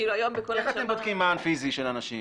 איך אתם בודקים מען פיזי של אנשים?